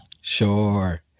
Sure